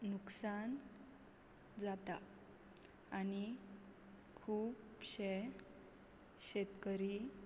नुकसान जाता आनी खुबशें शेतकरी